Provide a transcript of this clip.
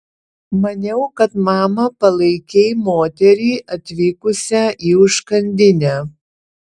maniau kad mama palaikei moterį atvykusią į užkandinę